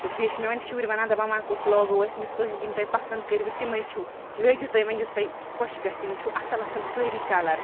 تہٕ بیٚیہِ چھِ مے ونۍ شُرۍ ونان ونۍ کُس لاگو أسۍ مےٚ دوٚس تُہۍ یِم تۄہہِ پَسَنٛد کٔرۍ وٕ تٕمے چھو لٲگِو تُہۍ ونۍ یُس تۄہِہ خۄش گژھِو یِم چھو اَصل اصل سٲری کَلَر